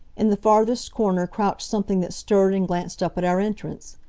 in the farthest corner crouched something that stirred and glanced up at our entrance.